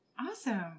Awesome